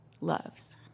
loves